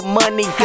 money